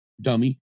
dummy